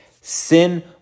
sin